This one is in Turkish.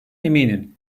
eminim